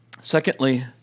Secondly